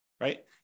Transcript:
right